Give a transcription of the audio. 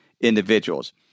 individuals